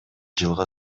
жылга